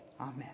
Amen